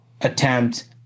attempt